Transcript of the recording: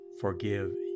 forgive